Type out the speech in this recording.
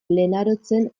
lenarotzen